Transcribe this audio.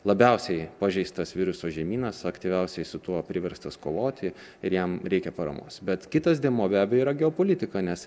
labiausiai pažeistas viruso žemynas aktyviausiai su tuo priverstas kovoti ir jam reikia paramos bet kitas dėmuo be abejo yra geopolitika nes